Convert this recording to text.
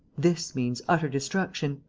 this means utter destruction.